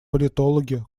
политологи